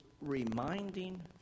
reminding